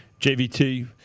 JVT